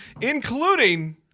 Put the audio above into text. Including